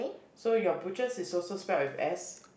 so your butchers is also spelt with S